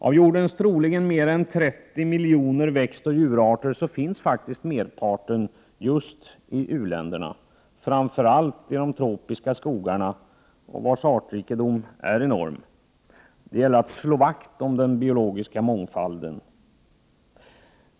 Av jordens troligen mer än 30 miljoner växtoch djurarter finns faktiskt merparten just i u-länderna, framför allt i de tropiska skogarna, vars artrikedom är enorm. Det gäller att slå vakt om den biologiska mångfalden.